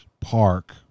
park